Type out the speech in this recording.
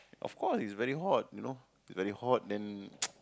of course it's very hot you know very hot then